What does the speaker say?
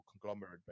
conglomerate